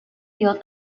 field